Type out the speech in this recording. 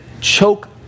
choke